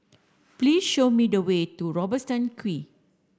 please show me the way to Robertson Quay